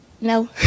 No